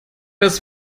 das